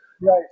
Right